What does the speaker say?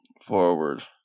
Forward